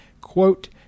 Quote